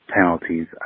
penalties